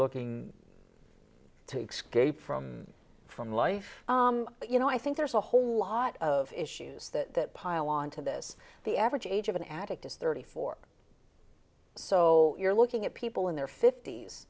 looking to xscape from from life but you know i think there's a whole lot of issues that pile on to this the average age of an addict is thirty four so you're looking at people in their fift